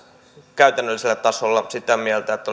käytännöllisellä tasolla sitä mieltä että